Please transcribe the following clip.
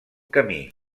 camí